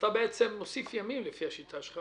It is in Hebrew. לפי השיטה שלך